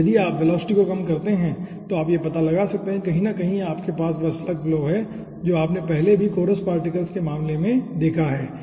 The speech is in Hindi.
और यदि आप वेलोसिटी को कम करते हैं तो आप यह पता लगा सकते हैं कि कहीं न कहीं आपके पास वह स्लग फ्लो है जो आपने पहले भी कोरस पार्टिकल्स के मामले में देखा है